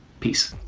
peace.